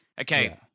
Okay